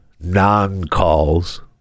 non-calls